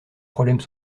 problèmes